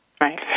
Right